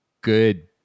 good